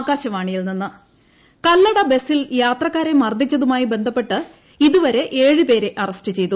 Kallada bus ആക്രമണം കല്ലട ബസിൽ യാത്രക്കാരെ മർദ്ദിച്ചതുമായി ബന്ധപ്പെട്ട് ഇതുവരെ ഏഴുപേരെ അറസ്റ്റ് ചെയ്തു